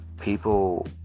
people